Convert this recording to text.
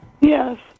Yes